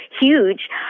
huge